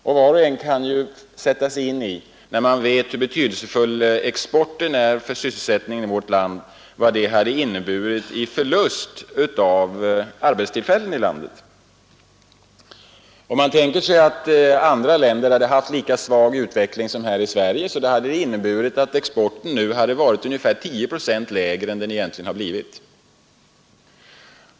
Och när man vet hur betydelsefull exporten är för sysselsättningen i vårt land kan ju var och en sätta sig in i vad det hade inneburit i förlust av arbetstillfällen i landet. Om man tänker sig att andra länder hade haft en lika svag utveckling som vi här i Sverige, då hade det inneburit att exporten nu hade varit ungefär 10 procent lägre än den faktiskt blivit.